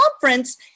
conference